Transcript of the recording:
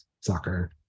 soccer